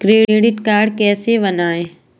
Credit card कैसे बनवाएँ?